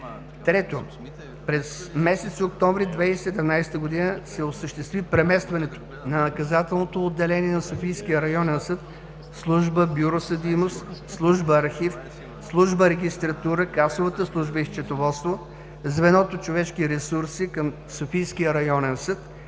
лв. 3. През месец октомври 2017 г. се осъществи преместването на наказателното отделение на Софийския районен съд – служба, бюро „Съдимост“, служба „Архив“, служба „Регистратура“, Касовата служба и Счетоводство, звеното „Човешки ресурси“ към Софийския районен съд